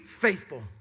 faithful